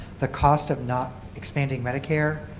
the cost of not expanding medicare